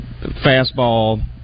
fastball